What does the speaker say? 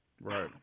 Right